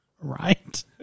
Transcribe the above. Right